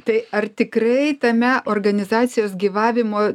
tai ar tikrai tame organizacijos gyvavimo